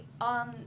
on